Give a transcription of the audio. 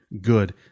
Good